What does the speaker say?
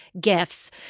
gifts